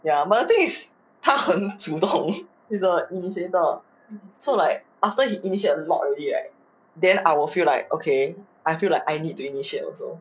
ya but the thing is 他很主动 he is an initiator so like after he initiate a lot already right then I will feel like okay I feel like I need to initiate also